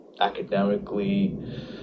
academically